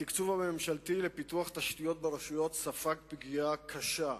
התקציב הממשלתי לפיתוח תשתיות ברשויות ספג פגיעה קשה,